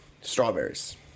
strawberries